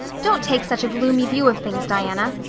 don't take such a gloomy view of things, diana.